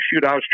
shootouts